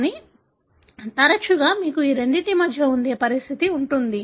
కానీ తరచుగా మీకు ఈ రెండింటి మధ్య ఉండే పరిస్థితి ఉంటుంది